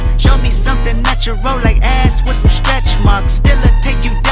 show me something natural like ass wit some stretchmarks still will take you